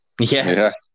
Yes